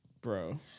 bro